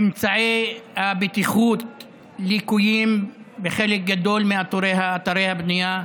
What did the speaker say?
אמצעי הבטיחות לקויים בחלק גדול מאתרי הבנייה.